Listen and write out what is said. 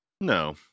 No